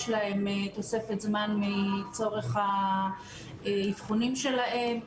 להם תוספת זמן לצורך האבחונים שלהם,